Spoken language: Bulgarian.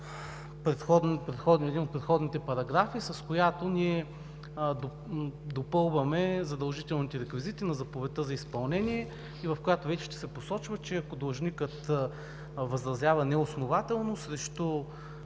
един от предходните параграфи, с която ние допълваме задължителните реквизити на заповедта за изпълнение и в която вече ще се посочва, че ако длъжникът възразява неоснователно срещу